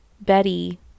Betty